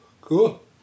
Cool